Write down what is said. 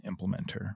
implementer